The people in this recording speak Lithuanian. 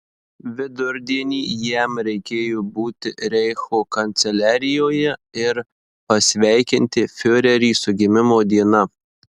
vidurdienį jam reikėjo būti reicho kanceliarijoje ir pasveikinti fiurerį su gimimo diena